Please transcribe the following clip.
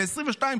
ב-2022,